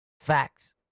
Facts